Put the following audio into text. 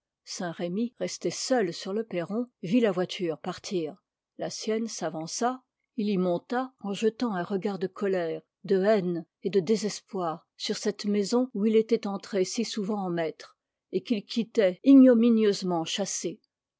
saint-remy resté seul sur le perron vit la voiture partir la sienne s'avança il y monta en jetant un regard de colère de haine et de désespoir sur cette maison où il était entré si souvent en maître et qu'il quittait ignominieusement chassé